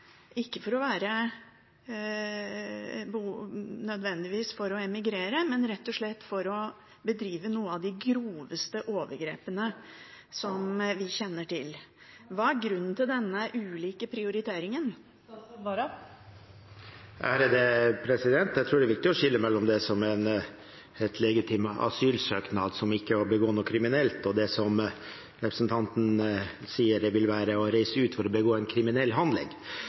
ikke nødvendigvis for å emigrere, men rett og slett for å bedrive noen av de groveste overgrepene som vi kjenner til. Hva er grunnen til denne ulike prioriteringen? Jeg tror det er viktig å skille mellom det som er en legitim asylsøknad og ikke er å begå noe kriminelt, og det som representanten sier vil være å reise ut for å begå en kriminell